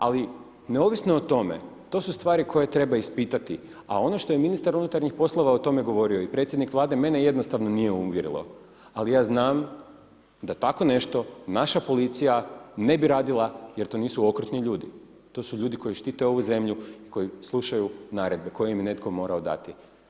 Ali neovisno o tome, to su stvari koje treba ispitati a ono što je ministar unutarnjih poslova o tome govorio i predsjednik Vlade mene jednostavno nije uvjerio, ali ja znam da tako nešto naša policija ne bi radila jer to nisu okrutni ljudi, to su ljudi koji štite ovu zemlju, koji slušaju naredbe koje im je netko morao dati.